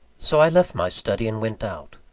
so i left my study and went out.